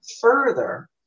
Further